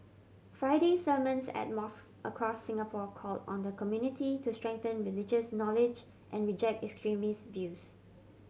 Friday sermons at mosques across Singapore called on the community to strengthen religious knowledge and reject extremist views